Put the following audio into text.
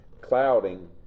clouding